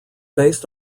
based